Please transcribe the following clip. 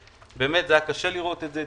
היה קשה לראות את זה.